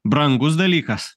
brangus dalykas